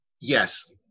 Yes